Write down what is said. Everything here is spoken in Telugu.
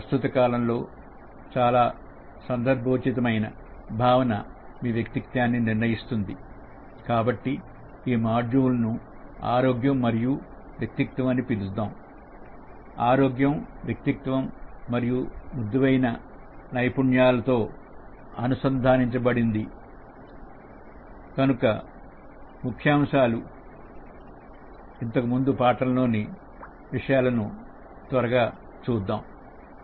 ప్రస్తుత కాలంలో చాలా సందర్భోచితమైన భావన మీ వ్యక్తిత్వాన్ని నిర్ణయిస్తుంది కాబట్టి ఈ మాడ్యుల్ ను ఆరోగ్యం మరియు యు వ్యక్తిత్వం అని పిలుస్తాం ఆరోగ్యం వ్యక్తిత్వం వన్ మరియు మృదువైన నైపుణ్యాలు తో అనుసంధానించబడి ఉంది కనుక ముఖ్యాంశాలు ఇంతకుముందు పాటల్లోని ముఖ్యాంశాలను త్వరగా చూద్దాం